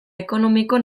ekonomiko